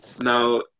Now